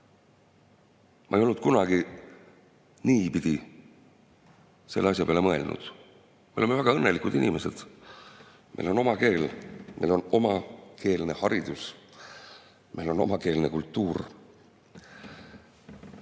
Ma ei olnud kunagi niipidi selle asja peale mõelnud. Me oleme väga õnnelikud inimesed. Meil on oma keel, meil on omakeelne haridus, meil on omakeelne kultuur. Ja